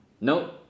no